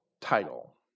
title